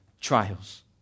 trials